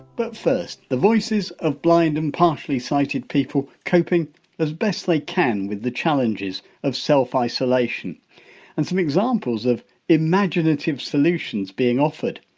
but first, the voices of blind and partially sighted people coping as best they can with the challenges of self-isolation. and some examples of imaginative solutions being offered.